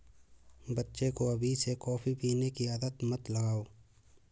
बच्चे को अभी से कॉफी पीने की आदत मत लगाओ